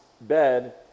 bed